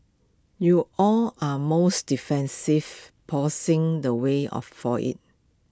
you all are most defensive posing the way of for IT